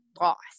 lost